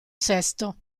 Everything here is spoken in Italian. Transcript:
sesto